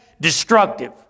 destructive